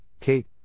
Kate